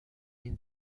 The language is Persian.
این